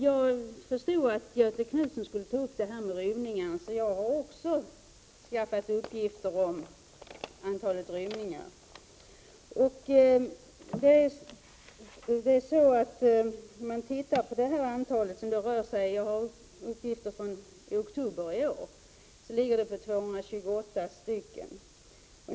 Jag förstod att Göthe Knutson skulle ta upp det här med rymningarna, så också jag har skaffat uppgifter om antalet rymningar. När det gäller antalet rymningar har jag uppgifter från oktober i år, och då rör det sig om 228 stycken.